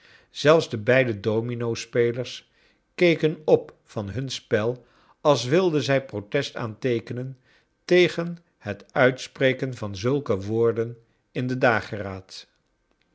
zelfs de beide dominospelers keken op van nun spel als wilden zij protest aanteekenen tegen het uitspreken van zulke woorden in de dageraad